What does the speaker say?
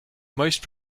most